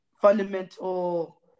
fundamental